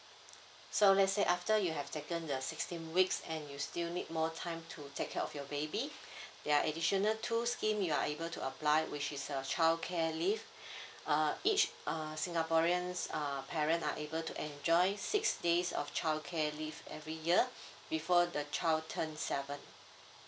so let's say after you have taken the sixteen weeks and you still need more time to take care of your baby there are additional two scheme you are able to apply which is a childcare leave uh each uh singaporeans uh parent are able to enjoy six days of childcare leave every year before the child turned seven